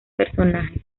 personajes